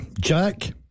Jack